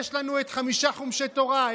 יש לנו את חמישה חומשי תורה,